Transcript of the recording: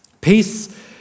peace